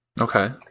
okay